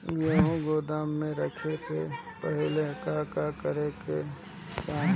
गेहु गोदाम मे रखे से पहिले का का करे के चाही?